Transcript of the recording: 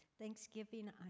Thanksgiving